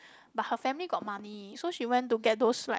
but her family got money so she went to get those right